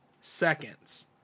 seconds